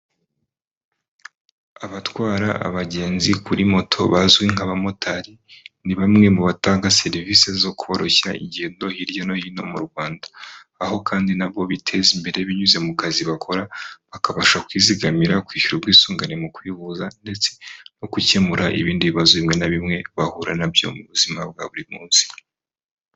Abatwara abagenzi kuri moto bazwi nk'abamotari, ni bamwe mu batanga serivise zo koroshya ingendo hirya no hino mu Rwanda, aho kandi nabo biteza imbere binyuze mu kazi bakora bakabasha kwizigamira kwishyura ubwisungane mu kwivuza ndetse no gukemura ibindi bibazo bimwe na bimwe bahura n'abyo mu buzima bwa buri munsi.